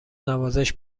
نوازش